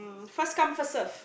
first come first serve